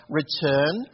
return